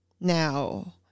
Now